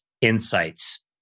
insights